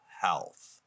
Health